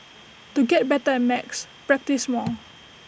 to get better at maths practise more